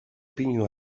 pinu